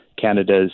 Canada's